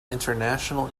international